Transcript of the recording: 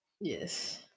Yes